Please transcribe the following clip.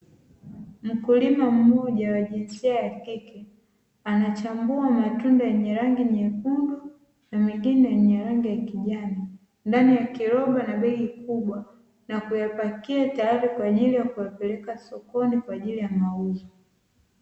Mkulima mmoja wa jinsia ya kike anachambua matunda yenye rangi nyekundu na mengine yenye rangi ya kijani ndani ya kiroba na bei kubwa na kuyapakiwa, tayari kwa ajili ya kuyapeleka sokoni kwa ajili ya mauzo.